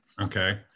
okay